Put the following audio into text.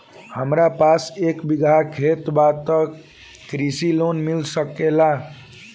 हमरा पास एक बिगहा खेत बा त कृषि लोन मिल सकेला?